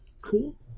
Cool